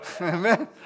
Amen